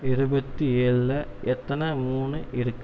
இருபத்து ஏழில் எத்தனை மூணு இருக்கு